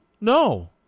No